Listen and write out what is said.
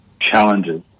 challenges